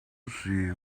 see